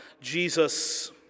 Jesus